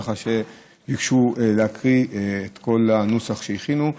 ככה שביקשו להקריא את כל הנוסח שהכינו.